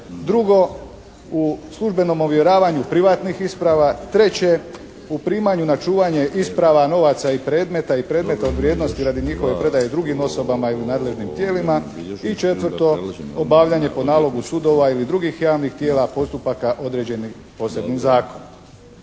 Drugo, u službenom ovjeravanju privatnih isprava. Treće, u primanju na čuvanje isprava, novaca i predmeta i predmeta od vrijednosti radi njihove predaje drugim osobama ili nadležnim tijelima. I četvrto, obavljanje po nalogu sudova ili drugih javnih tijela postupaka određenih posebnim zakonom.